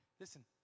Listen